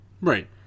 Right